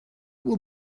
will